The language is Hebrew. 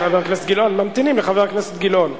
ממתינים לחבר הכנסת גילאון.